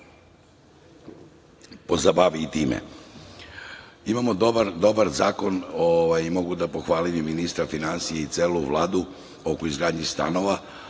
pozabavi i time. Imamo dobar zakon, i mogu da pohvalim i ministra finansija i celu Vladu, o izgradnji stanova,